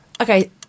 Okay